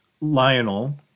Lionel